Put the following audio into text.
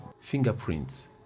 fingerprints